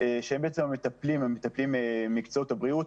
שהם בעצם המטפלים ממקצועות הבריאות,